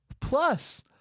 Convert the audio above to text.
Plus